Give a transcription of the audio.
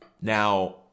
Now